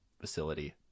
facility